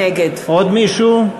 נגד עוד מישהו?